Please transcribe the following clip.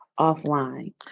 offline